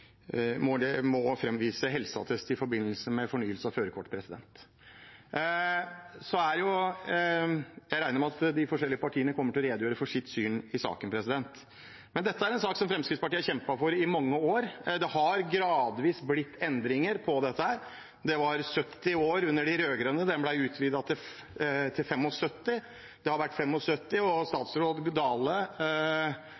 må framvise helseattest i forbindelse med fornyelse av førerkortet. Jeg regner med at de forskjellige partiene kommer til å redegjøre for sitt syn i saken. Dette er en sak som Fremskrittspartiet har kjempet for i mange år. Det har gradvis blitt endringer. Grensen var 70 år under de rød-grønne. Den ble utvidet til 75 år. John Georg Dale utvidet den til 80 år da han var samferdselsminister. Så har SV nå fremmet et forslag om å utvide og fjerne hele aldersbegrensningen. Det